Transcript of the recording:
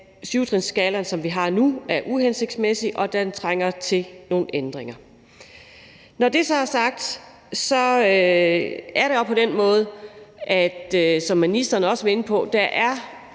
7-trinsskalaen, som vi har nu, er uhensigtsmæssig, og at den trænger til nogle ændringer. Når det så er sagt, er det også sådan, som ministeren også var inde på, at der er